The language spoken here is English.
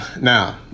Now